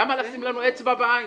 למה לשים לנו אצבע בעין?